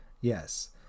yes